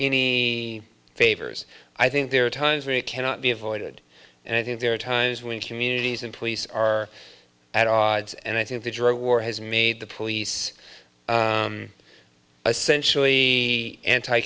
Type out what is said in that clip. any favors i think there are times when it cannot be avoided and i think there are times when communities and police are at odds and i think the drug war has made the police essentially